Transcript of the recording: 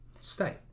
Stay